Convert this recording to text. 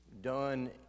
done